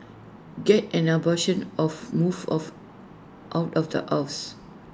get an abortion of move of out of the house